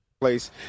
place